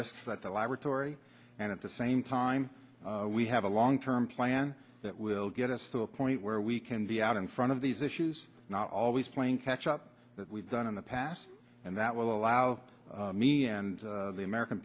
risks that the laboratory and at the same time we have a long term plan that will get us to a point where we can be out in front of these issues not always playing catch up that we've done in the past and that will allow me and the american